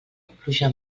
pluja